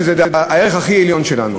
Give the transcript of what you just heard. שזה הערך הכי עליון שלנו.